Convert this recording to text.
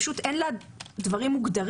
פשוט אין לה דברים מוגדרים.